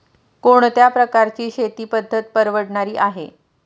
कोणत्या प्रकारची शेती पद्धत परवडणारी आहे?